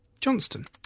Johnston